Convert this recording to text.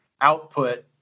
output